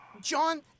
John